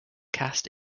cast